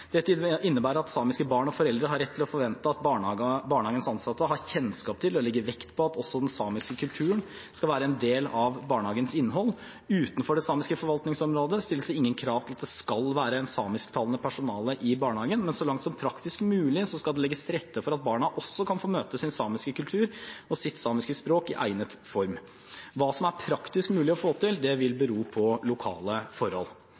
Dette innebærer at samiske barn og foreldre har rett til å forvente at barnehagens ansatte har kjennskap til og legger vekt på at også den samiske kulturen skal være en del av barnehagens innhold. Utenfor det samiske forvaltningsområdet stilles det ingen krav til at det skal være samisktalende personale i barnehagen, men så langt som praktisk mulig skal det legges til rette for at barna også kan få møte sin samiske kultur og sitt samiske språk i egnet form. Hva som er praktisk mulig å få til, vil bero på lokale forhold.